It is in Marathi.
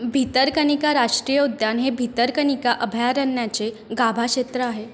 भितरकनिका राष्टीय उद्यान हे भितरकनिका अभयारण्याचे गाभा क्षेत्र आहे